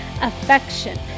affection